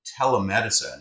telemedicine